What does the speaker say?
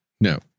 No